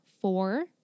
four